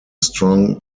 strong